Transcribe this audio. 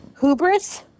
Hubris